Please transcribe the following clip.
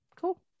Cool